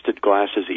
glasses